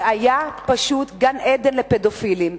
היה פשוט גן-עדן לפדופילים.